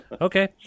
okay